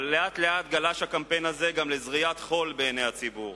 אבל לאט-לאט גלש הקמפיין הזה גם לזריית חול בעיני הציבור,